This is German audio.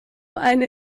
eine